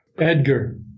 Edgar